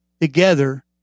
together